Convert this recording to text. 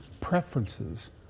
preferences